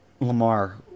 Lamar